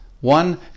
One